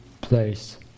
place